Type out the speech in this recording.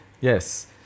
Yes